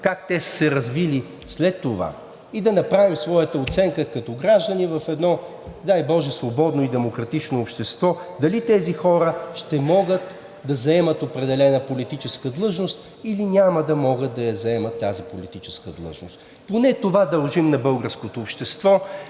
как те са се развили след това, и да направим своята оценка като граждани в едно, дай боже, свободно и демократично общество дали тези хора ще могат да заемат определена политическа длъжност, или няма да могат да я заемат тази политическа длъжност. Поне това дължим на българското общество